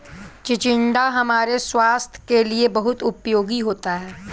चिचिण्डा हमारे स्वास्थ के लिए बहुत उपयोगी होता है